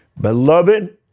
Beloved